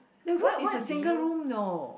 the room is a single room you know